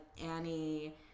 Annie